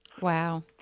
Wow